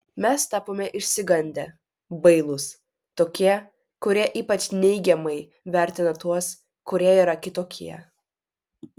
mes tapome išsigandę bailūs tokie kurie ypač neigiamai vertina tuos kurie yra kitokie